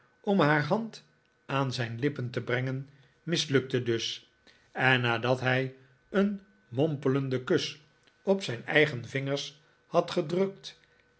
om haar hand aan zijn lippen te brengen mislukte dus en nadat hij een mommelenden kus op zijn eigen vingers had gedrukt